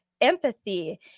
empathy